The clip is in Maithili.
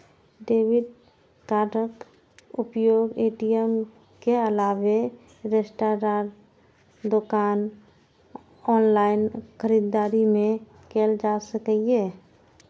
डेबिट कार्डक उपयोग ए.टी.एम के अलावे रेस्तरां, दोकान, ऑनलाइन खरीदारी मे कैल जा सकैए